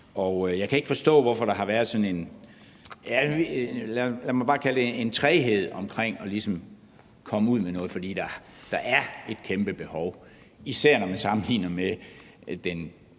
Jeg kan ikke forstå, hvorfor der har været sådan en, lad mig bare kalde det træghed omkring at komme ud med noget, for der er et kæmpe behov, især når man sammenligner med den